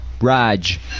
Raj